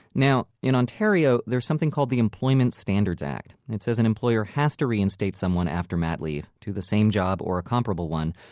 now, in ontario, there's something called the employment standards act. and it says an employer has to reinstate someone after mat leave to the same job or a comparable one.